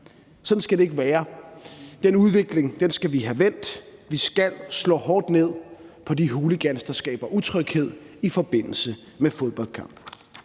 Sådan skal det ikke være. Den udvikling skal vi have vendt; vi skal slå hårdt ned på de hooligans, der skaber utryghed i forbindelse med fodboldkampe.